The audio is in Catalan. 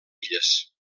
illes